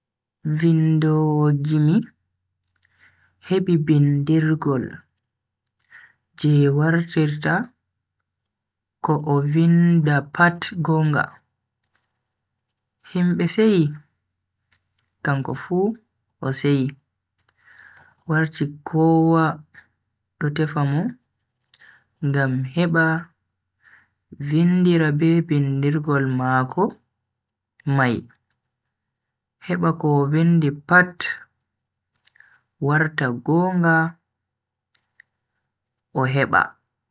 Vindowo gimi hebi bindirgol je wartirta ko o vinda pat gonga, himbe seyi kanko fu o seyi. Warti kowa do tefa mo ngam heba vindira be bindirgol mako mai heba ko o vindi pat warta gonga o heba.